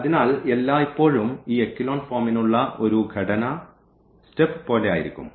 അതിനാൽ എല്ലായ്പ്പോഴും ഈ എക്കലോൺ ഫോമിനുള്ള ഒരു ഘടന സ്റ്റെപ് പോലെ ആയിരിക്കും